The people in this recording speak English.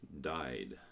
died